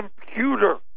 computer